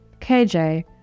KJ